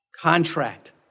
contract